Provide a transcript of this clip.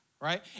right